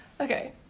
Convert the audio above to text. Okay